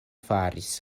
faris